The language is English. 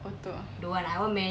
auto